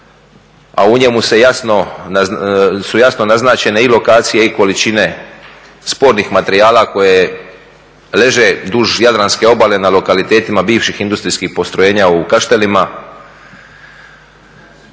a u njemu su jasno naznačene i lokacije i količine spornih materijala koje leže duž jadranske obale na lokalitetima bivših industrijskih postrojenja u Kaštelima